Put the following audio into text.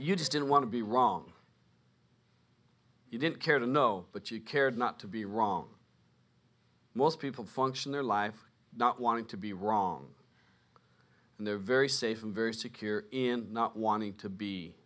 you just didn't want to be wrong you didn't care to know that you cared not to be wrong most people function their life not wanting to be wrong and they're very safe and very secure in not wanting to be